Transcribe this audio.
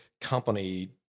company